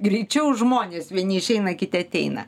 greičiau žmonės vieni išeina kiti ateina